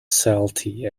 salty